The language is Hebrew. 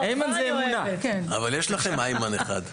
להלן תרגומם: ובעזרת האל לכולם רמדאן כרים וחודש מבורך לאנושות כולה).